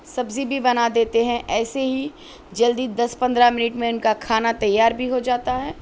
سبزی بھی بنا دیتے ہیں ایسے ہی جلدی دس پندرہ منٹ میں ان کا کھانا تیار بھی ہو جاتا ہے